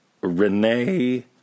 Rene